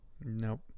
Nope